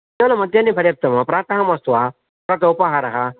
केवलं मध्याह्ने पर्याप्तं वा प्रातः मास्तु वा प्रातः उपाहारः